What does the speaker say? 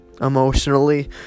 emotionally